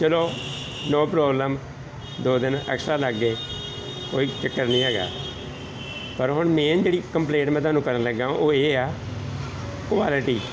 ਚਲੋ no problem ਦੋ ਦਿਨ ਐਕਸਟਰਾ ਲੱਗ ਗਏ ਕੋਈ ਚੱਕਰ ਨਹੀਂ ਹੈਗਾ ਪਰ ਹੁਣ ਮੇਨ ਜਿਹੜੀ ਕੰਪਲੇਂਟ ਮੈਂ ਤੁਹਾਨੂੰ ਕਰਨ ਲੱਗਾ ਉਹ ਇਹ ਆ ਕੁਆਲਿਟੀ